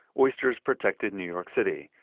oysters protected new york city.